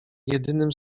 jedynym